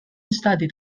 studied